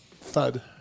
Thud